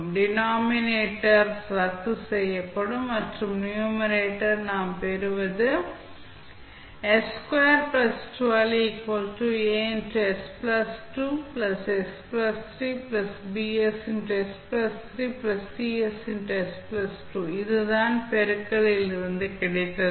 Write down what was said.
denominator ரத்து செய்யப்படும் மற்றும் நியூமரேட்டர் நாம் பெறுவது இது தான் பெருக்கலிலிருந்து கிடைத்தது